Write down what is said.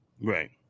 Right